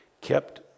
kept